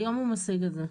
היום הוא משיג את זה.